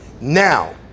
now